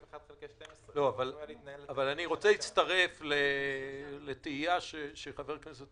של 1/12. אני רוצה להצטרף לתהייה שחבר הכנסת